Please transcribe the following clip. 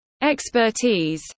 Expertise